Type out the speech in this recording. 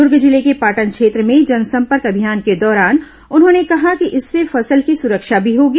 दूर्ग जिले के पाटन क्षेत्र में जनसंपर्क अभियान के दौरान उन्होंने कहा कि इससे फसल की सुरक्षा भी होगी